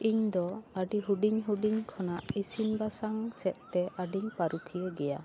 ᱤᱧᱫᱚ ᱟᱹᱰᱤ ᱦᱩᱰᱤᱧ ᱦᱩᱰᱤᱧ ᱠᱷᱚᱱᱟᱜ ᱤᱥᱤᱱ ᱵᱟᱥᱟᱝ ᱥᱮᱫ ᱛᱮ ᱟᱹᱰᱤᱧ ᱯᱟᱹᱨᱩᱠᱷᱤᱭᱟᱹ ᱜᱮᱭᱟ